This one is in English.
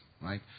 right